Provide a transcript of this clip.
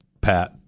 Pat